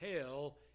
hell